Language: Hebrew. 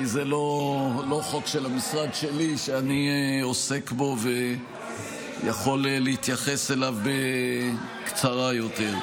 כי זה לא חוק של המשרד שלי שאני עוסק בו ויכול להתייחס אליו בקצרה יותר.